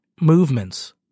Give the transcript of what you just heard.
movements